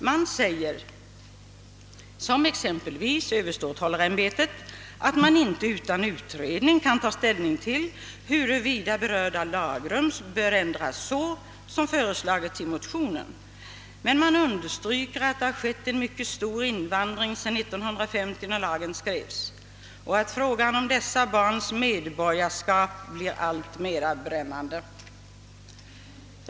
Man säger som exempelvis överståthållarämbetet, att man inte utan utredning kan ta ställning till huruvida berörda lagrum bör ändras, såsom föreslagits i motionen, men man understryker att det har skett en mycket stor invandring sedan 1950 då lagen skrevs och att frågan om dessa barns medborgarskap blir alltmer brännande.